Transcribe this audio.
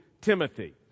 Timothy